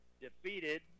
defeated